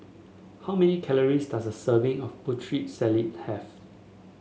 how many calories does a serving of Putri Salad have